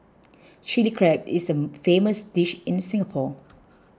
Chilli Crab is a famous dish in Singapore